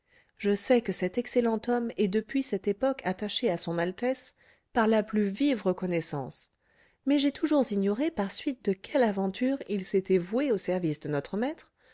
je sais que cet excellent homme est depuis cette époque attaché à son altesse par la plus vive reconnaissance mais j'ai toujours ignoré par suite de quelle aventure il s'était voué au service de notre maître